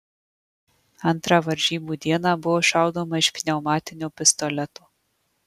antrą varžybų dieną buvo šaudoma iš pneumatinio pistoleto